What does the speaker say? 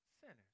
sinners